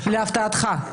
להפתעתך.